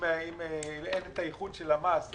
אם אין את הייחוד של המס,